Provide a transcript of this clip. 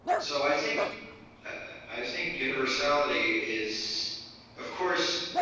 so, i think i think universality is of course,